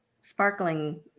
sparkling